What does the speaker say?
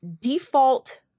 default